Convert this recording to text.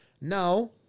Now